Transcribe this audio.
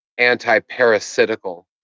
antiparasitical